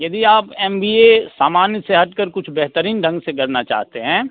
यदि आप M B A सामान्य से हट कर कुछ बेहतरीन ढंग से करना चाहते हैं